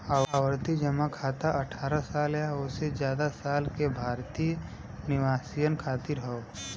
आवर्ती जमा खाता अठ्ठारह साल या ओसे जादा साल के भारतीय निवासियन खातिर हौ